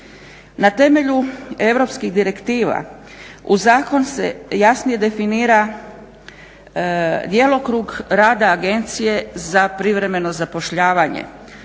Na temelju europskih direktiva u zakon se jasnije definira djelokrug rada Agencije za privremeno zapošljavanje,